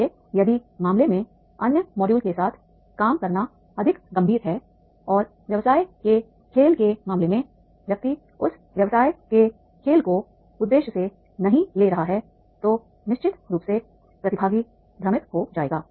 इसलिए यदि मामले में अन्य मॉड्यूल के साथ काम करना अधिक गंभीर है और व्यवसाय के खेल के मामले में व्यक्ति उस व्यवसाय के खेल को उद्देश्य से नहीं ले रहा है तो निश्चित रूप से प्रतिभागी भ्रमित हो जाएगा